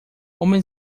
homem